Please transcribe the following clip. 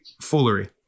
foolery